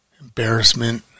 embarrassment